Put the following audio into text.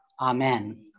Amen